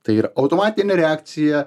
tai yra automatinė reakcija